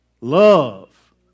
love